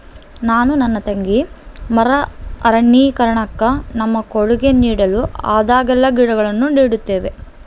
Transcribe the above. ನಾನು ನನ್ನ ತಂಗಿ ಮರು ಅರಣ್ಯೀಕರಣುಕ್ಕ ನಮ್ಮ ಕೊಡುಗೆ ನೀಡಲು ಆದಾಗೆಲ್ಲ ಗಿಡಗಳನ್ನು ನೀಡುತ್ತಿದ್ದೇವೆ